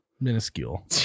Minuscule